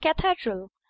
cathedral